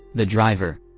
the driver.